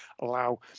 allow